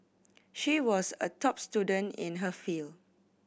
she was a top student in her field